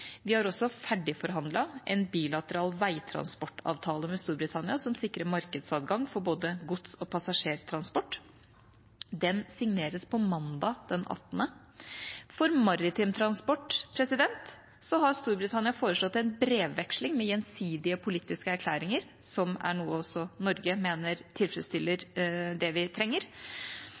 Vi har også ferdigforhandlet en bilateral veitransportavtale med Storbritannia som sikrer markedsadgang for både gods- og passasjertransport. Den signeres mandag 18. For maritim transport har Storbritannia foreslått en brevveksling med gjensidige politiske erklæringer, som er noe også Norge mener tilfredsstiller det vi trenger.